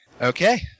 Okay